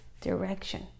direction